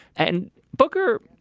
and booker.